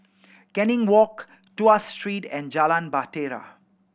Canning Walk Tuas Street and Jalan Bahtera